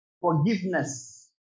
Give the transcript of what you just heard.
forgiveness